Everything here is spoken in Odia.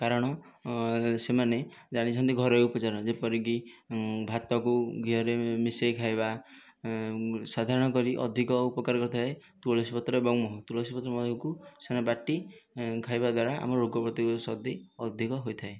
କାରଣ ସେମାନେ ଜାଣିଛନ୍ତି ଘରୋଇ ଉପଚାର ଯେପରିକି ଭାତକୁ ଘିଅରେ ମିଶାଇ ଖାଇବା ସାଧାରଣ କରି ଅଧିକ ଉପକାର କରିଥାଏ ତୁଳସୀ ପତ୍ର ଏବଂ ମହୁ ତୁଳସୀପତ୍ର ମହୁକୁ ସେମାନେ ବାଟି ଖାଇବା ଦ୍ୱାରା ଆମ ରୋଗ ପ୍ରତିରୋଧକ ଶକ୍ତି ଅଧିକ ହୋଇଥାଏ